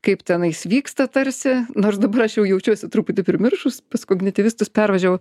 kaip tenais vyksta tarsi nors dabar aš jau jaučiuosi truputį primiršus pas kognitivistus pervažiavau